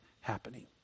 happening